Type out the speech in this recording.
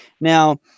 Now –